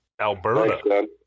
Alberta